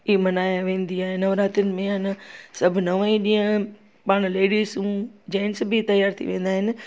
इहा मल्हाई वेंदी आहे नवरात्रिनि में अइन सभु नव ई ॾींहं पाण लेडीसूं जेन्ट्स बि तयार थी वेंदा आहिनि